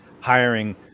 hiring